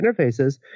interfaces